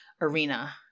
arena